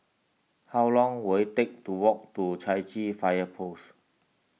how long will it take to walk to Chai Chee Fire Post